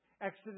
Exodus